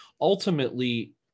ultimately